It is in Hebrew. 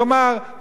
תאמר,